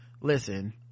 listen